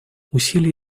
усилия